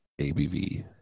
ABV